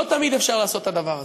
לא תמיד אפשר לעשות את הדבר הזה.